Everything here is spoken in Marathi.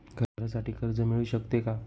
घरासाठी कर्ज मिळू शकते का?